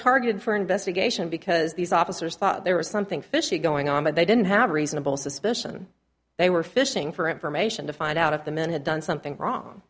targeted for investigation because these officers thought there was something fishy going on but they didn't have a reasonable suspicion they were fishing for information to find out if the men had done something wrong